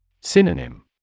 Synonym